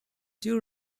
two